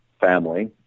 family